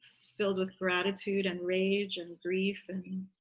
filled with gratitude and rage and grief and